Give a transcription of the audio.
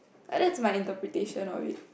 and that's my interpretation of it